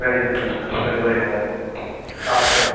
रायजोफोरनि थाखाय बोरै बोरै मोनगोन औ दे